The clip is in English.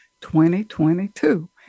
2022